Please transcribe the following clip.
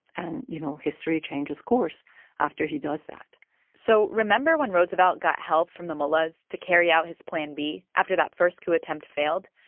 and, you know, history changes course after he does that so remember when roosevelt got help from the mullahs to carry out his plan b after that first coup attempt failed?